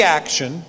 action